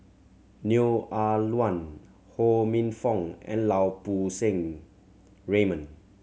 Neo Ah Luan Ho Minfong and Lau Poo Seng Raymond